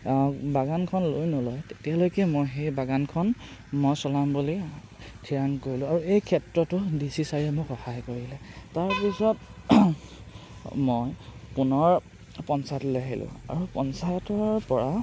বাগানখন লৈ নলয় তেতিয়ালৈকে মই সেই বাগানখন মই চলাম বুলি থিৰাং কৰিলোঁ আৰু এই ক্ষেত্ৰতো ডি চি ছাৰে মোক সহায় কৰিলে তাৰপিছত মই পুনৰ পঞ্চায়তলৈ আহিলোঁ আৰু পঞ্চায়তৰ পৰা